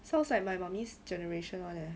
sounds like my mummy's generation one eh